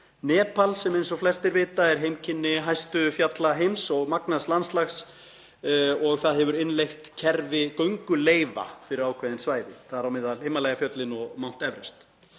Nepal, sem eins og flestir vita er heimkynni hæstu fjalla heims og magnaðs landslags, hefur innleitt kerfi gönguleyfa fyrir ákveðin svæði, þar á meðal Himalaya-fjöllin og Everest.